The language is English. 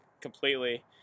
completely